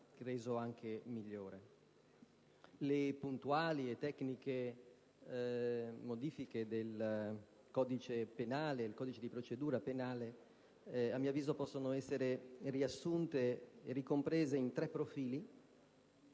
Le puntuali e tecniche modifiche del codice penale e di procedura penale a mio avviso possono essere riassunte e ricomprese in tre profili.